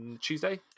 Tuesday